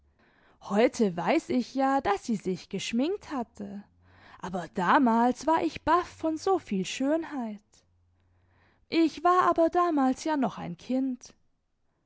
heute weiß ich ja daß sie sich geschminkt hatte aber damals war ich baff von soviel schönheit ich war aber damals ja noch ein kind